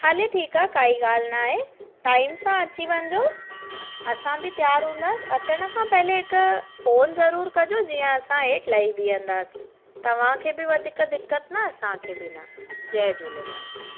हले ठीकु आहे काई गा॒ल्हि न आहे टाइम सां अची वञिजो असां बि तयारु हूंदासि अचनि खां पहले हिक फोन ज़रूर कजो जीअं असां हेठि लही बीहंदासि तव्हांखे बि वधीक दिक़तु न असां खे बि न जय झूलेलाल